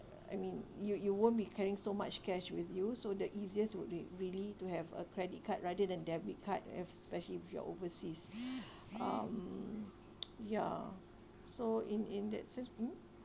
I mean you you won't be carrying so much cash with you so the easiest would re~ really to have a credit card rather than debit card especially if you are overseas um ya so in in that sense